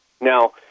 Now